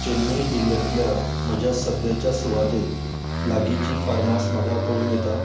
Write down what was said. चेन्नय जिल्ल्यांतल्या म्हज्या सद्याच्या सुवातेक लागींची फार्मास म्हाका कळूं येता